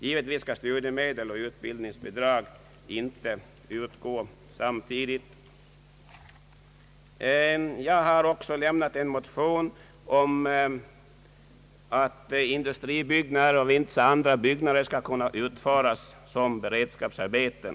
Givetvis skall studiemedel och utbildningsbidrag inte utgå samtidigt. Jag har också avgett en motion som innebär en hemställan om att industribyggnader och vissa andra byggnader skall kunna uppföras genom beredskapsarbeten.